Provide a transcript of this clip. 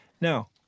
Now